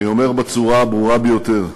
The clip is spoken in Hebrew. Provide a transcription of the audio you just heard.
אני אומר בצורה הברורה ביותר: